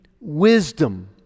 wisdom